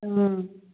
ꯎꯝ